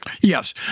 Yes